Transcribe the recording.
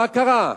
מה קרה?